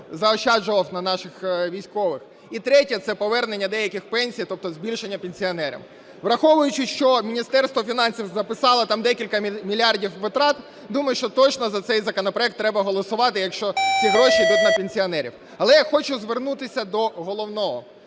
заощаджував на наших військових. І третє – це повернення деяких пенсій, тобто збільшення пенсіонерам. Враховуючи, що Міністерство фінансів записало там декілька мільярдів витрат, думаю, що точно за цей законопроект треба голосувати, якщо ці гроші ідуть на пенсіонерів. Але я хочу звернутися до головного.